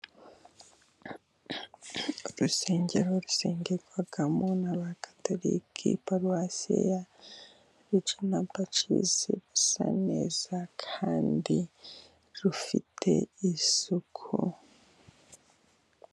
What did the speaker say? rusengero rusengerwagamo n'aba katorike, paruwasi ya Rejina Pacisi, rusa neza kandi rufite isuku.